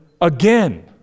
again